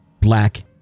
black